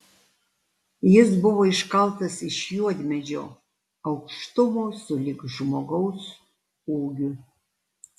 jis buvo iškaltas iš juodmedžio aukštumo sulig žmogaus ūgiu